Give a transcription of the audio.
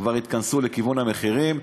כבר יתכנסו לכיוון המחירים,